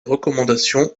recommandations